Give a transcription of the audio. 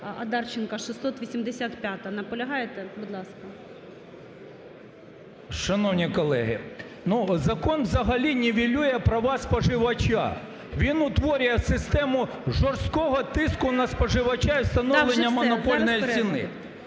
Одарченко 685-а. Наполягаєте. Будь ласка. 12:14:02 ОДАРЧЕНКО Ю.В. Шановні колеги, закон взагалі нівелює права споживача, він утворює систему жорсткого тиску на споживача і встановлення монопольної ціни.